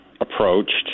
approached